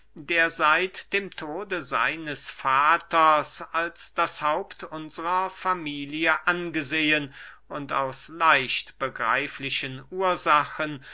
der seit dem tode seines vaters als das haupt unsrer familie angesehen und aus leicht begreiflichen ursachen